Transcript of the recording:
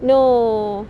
no